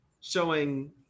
showing